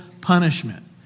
punishment